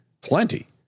plenty